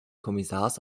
kommissars